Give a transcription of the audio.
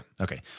Okay